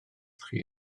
chi